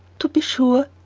to be sure,